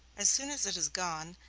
as soon as it is gone,